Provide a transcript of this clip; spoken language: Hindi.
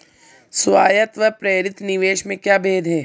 स्वायत्त व प्रेरित निवेश में क्या भेद है?